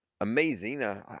Amazing